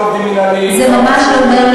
זה ממש לא אומר,